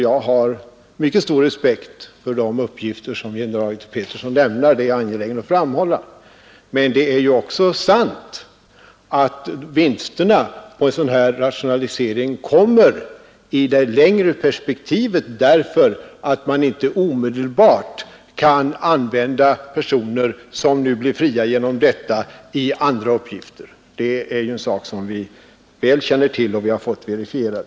Jag har mycket stor respekt för de uppgifter generaldirektör Peterson lämnar — det är jag angelägen att framhålla — men det är också sant att vinsterna av en sådan här rationalisering först uppstår i det längre perspektivet, därför att man inte omedelbart kan använda de personer som genom detta blir fria i andra uppgifter. Det är en sak som vi väl känner till och fått verifierad.